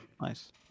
Nice